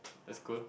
that's cool